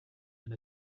and